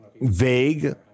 vague